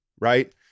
right